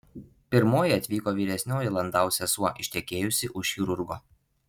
pirmoji atvyko vyresnioji landau sesuo ištekėjusi už chirurgo